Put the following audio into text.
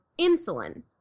insulin